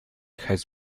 has